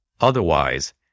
Otherwise